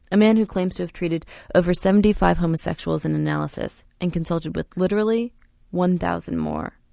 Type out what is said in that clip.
a man who claims to have treated over seventy five homosexuals in analysis and consulted with literally one thousand more.